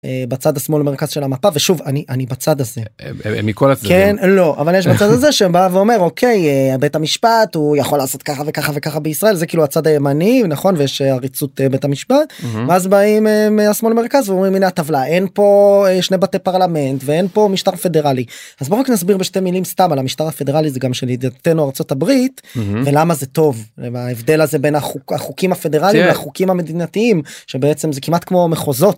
בצד השמאל מרכז של המפה, ושוב אני אני בצד הזה. מכל הצדדים, כן, לא. אבל יש בצד הזה שבא ואומר אוקיי, בית המשפט הוא יכול לעשות ככה וככה וככה בישראל, זה כאילו הצד הימני, נכון? ויש עריצות בית המשפט, ואז באים מהשמאל מרכז ואומרים הנה הטבלה, אין פה שני בתי פרלמנט, ואין פה משטר פדרלי. אז בוא נסביר בשתי מילים סתם על המשטר הפדרלי, זה גם של ידידתנו ארצות הברית למה זה טוב, וההבדל הזה בין החוקים הפדרליים החוקים המדינתיים שבעצם זה כמעט כמו מחוזות.